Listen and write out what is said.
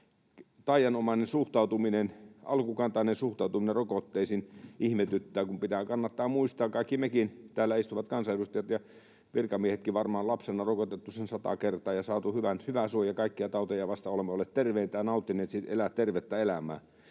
taianomainen, alkukantainen suhtautuminen rokotteisiin ihmetyttää. Kannattaa muistaa, että kaikki meidätkin, täällä istuvat kansanedustajat ja virkamiehetkin, varmaan on lapsena rokotettu sen sata kertaa ja on saatu hyvä suoja kaikkia tauteja vastaan ja olemme olleet terveitä ja nauttineet siitä, että elää tervettä elämää.